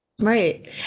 Right